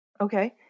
Okay